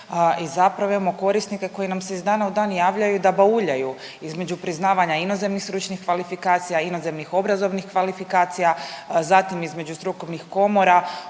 i zapravo imamo korisnike koji nam se iz dana u dan javljaju da bauljaju između priznavanja inozemnih stručnih kvalifikacija, inozemnih obrazovnih kvalifikacija, zatim između strukovnih komora,